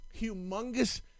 humongous